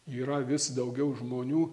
yra vis daugiau žmonių